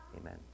amen